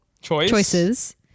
choices